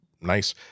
Nice